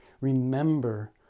Remember